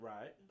Right